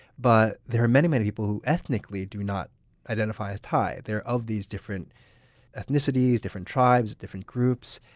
but there are many many people who ethnically do not identify as thai. they are of these different ethnicities, different tribes, different groups,